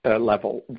level